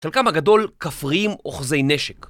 תלקם הגדול כפריים אוחזי נשק